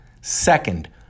second